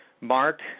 Mark